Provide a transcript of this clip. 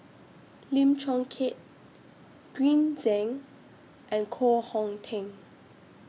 Lim Chong Keat Green Zeng and Koh Hong Teng